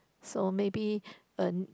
so maybe a